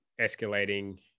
escalating